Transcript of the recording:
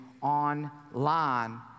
online